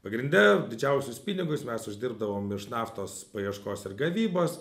pagrinde didžiausius pinigus mes uždirbdavom iš naftos paieškos ir gavybos